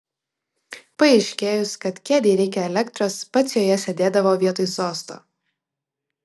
paaiškėjus kad kėdei reikia elektros pats joje sėdėdavo vietoj sosto